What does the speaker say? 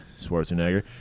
Schwarzenegger